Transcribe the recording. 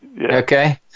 Okay